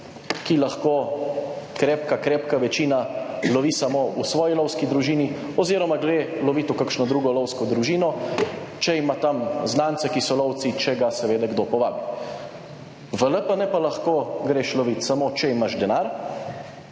ki lahko krepka, krepka večina lovi samo v svoji lovski družini oziroma gre loviti v kakšno drugo lovsko družino, če ima tam znance, ki so lovci, če ga seveda kdo povabi. V LPN pa lahko greš lovit samo, če imaš denar,